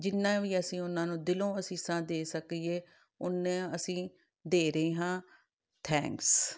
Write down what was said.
ਜਿੰਨਾਂ ਵੀ ਅਸੀਂ ਉਹਨਾਂ ਨੂੰ ਦਿਲੋਂ ਅਸੀਸਾਂ ਦੇ ਸਕੀਏ ਉੱਨਾਂ ਅਸੀਂ ਦੇ ਰਹੇ ਹਾਂ ਥੈਂਕਸ